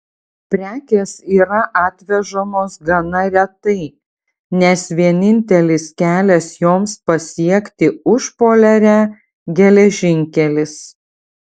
prekės yra atvežamos gana retai nes vienintelis kelias joms pasiekti užpoliarę geležinkelis